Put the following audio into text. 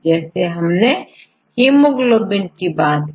जैसे हमने हीमोग्लोबिन की बात की